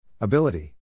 ability